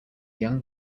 young